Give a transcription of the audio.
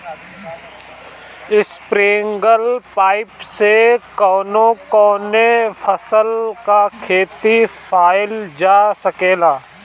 Sprinkler pipe से कवने कवने फसल क खेती कइल जा सकेला?